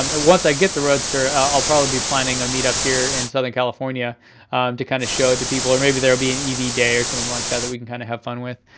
um once i get the roadster, i'll probably be planning a meet up here in southern california to kind of show it to people. or maybe there will be an ev day or something like that that we can kind of have fun with.